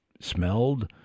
smelled